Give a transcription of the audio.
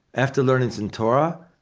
after learning some torah,